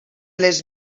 les